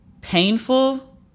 painful